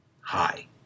Hi